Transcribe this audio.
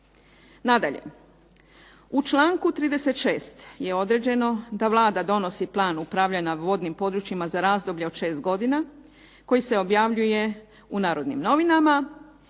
Nadalje, u članku 36. je određeno da Vlada donosi plan upravljanja vodnim područjima za razdoblje od 6 godina, koji se objavljuje u "Narodnim novinama",